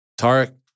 Tarek